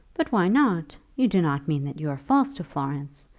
but why not? you do not mean that you are false to florence.